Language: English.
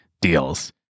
deals